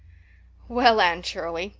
well, anne shirley,